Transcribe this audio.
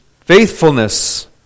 faithfulness